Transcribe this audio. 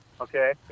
Okay